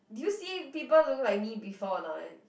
did you see people look like me before not